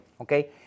Okay